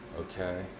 okay